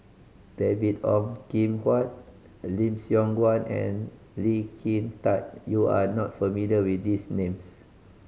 David Ong Kim Huat Lim Siong Guan and Lee Kin Tat you are not familiar with these names